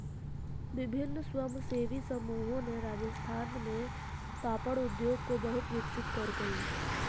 विभिन्न स्वयंसेवी समूहों ने राजस्थान में पापड़ उद्योग को बहुत विकसित करकई